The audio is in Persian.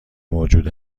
موجود